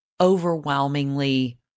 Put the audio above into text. overwhelmingly